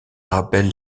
rappelle